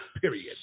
period